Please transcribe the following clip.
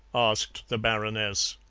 asked the baroness.